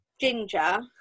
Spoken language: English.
ginger